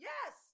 Yes